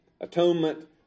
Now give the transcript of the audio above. atonement